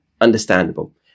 understandable